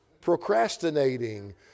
procrastinating